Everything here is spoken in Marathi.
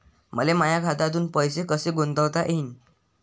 मले माया खात्यातून पैसे कसे गुंतवता येईन?